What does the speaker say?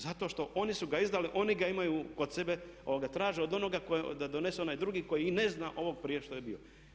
Zato što oni su ga izdali, oni ga imaju kod sebe ali ga traže od onoga koji da donese onaj drugi koji ne zna ovog prije šta je bilo.